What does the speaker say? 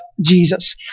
Jesus